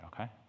okay